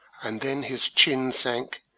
and then his chin sank,